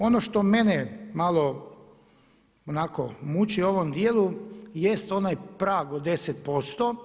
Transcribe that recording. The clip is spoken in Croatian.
Ono što mene malo onako muči u onom dijelu jest onaj prag od 10%